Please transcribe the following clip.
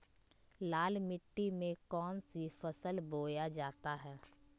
लाल मिट्टी में कौन सी फसल बोया जाता हैं?